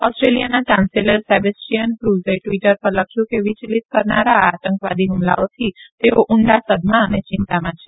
ઓસ્ટ્રેલિયાના chancellor Sebastian કુર્ઝે વી ર પર લખ્યું છે કે વિચલિત કરનારા આ આતંકવાદી હૂમલાઓથી તેઓ ઉંડા સદમાં ને ચિંતામાં છે